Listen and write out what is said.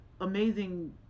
amazing